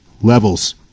levels